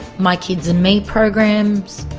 my kids and me programs,